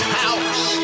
house